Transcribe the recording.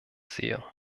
sehe